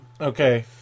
Okay